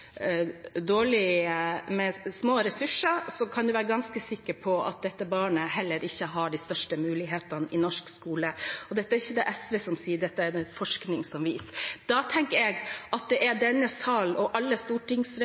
små ressurser, kan man være ganske sikker på at barn her heller ikke har de største mulighetene i norsk skole. Dette er det ikke SV som sier, dette er det forskning som viser. Da tenker jeg at det er denne sal og alle